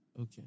Okay